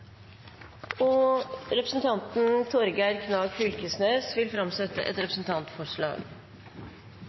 Representanten Torgeir Knag Fylkesnes vil framsette et representantforslag.